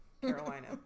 Carolina